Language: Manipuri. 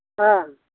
ꯑꯥ